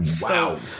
Wow